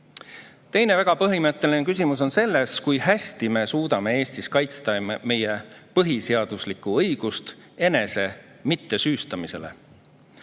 Teine väga põhimõtteline küsimus on selles, kui hästi me suudame Eestis kaitsta meie põhiseaduslikku õigust ennast mitte süüstada.